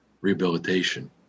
rehabilitation